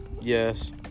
Yes